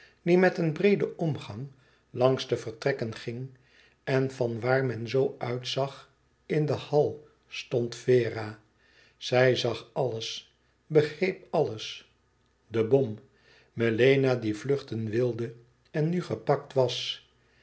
die met een breeden omgang langs de vertrekken ging en van waar men zoo uitzag in den hall stond vera zij zag alles begreep alles de bom melena die vluchten wilde en nu gepakt was